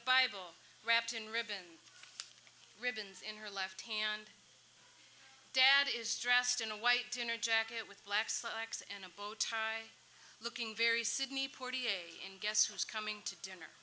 bible wrapped in ribbon ribbons in her left hand dad is dressed in a white dinner jacket with black slacks and a bow tie looking very sidney porty a and guess who's coming to dinner